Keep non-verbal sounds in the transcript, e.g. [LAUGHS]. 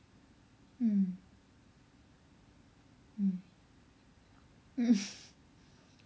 mm mm [LAUGHS]